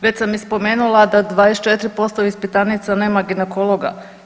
Već sam i spomenula da 24% ispitanica nema ginekologa.